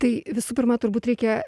tai visų pirma turbūt reikia